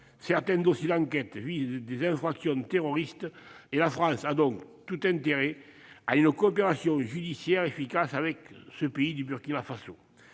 Certains dossiers d'enquête visent des infractions terroristes : la France a donc tout intérêt à une coopération judiciaire efficace avec le Burkina Faso.